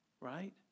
right